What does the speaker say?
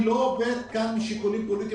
אני לא עובד כאן משיקולים פוליטיים